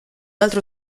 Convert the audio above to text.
altro